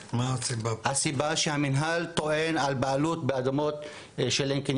הסיבה שהמנהל טוען על בעלות באדמות של עין קנייא,